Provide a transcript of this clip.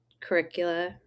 curricula